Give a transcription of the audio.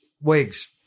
wigs